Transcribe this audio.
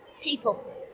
people